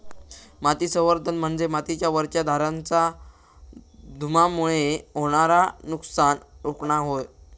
माती संवर्धन म्हणजे मातीच्या वरच्या थराचा धूपामुळे होणारा नुकसान रोखणा होय